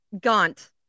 Gaunt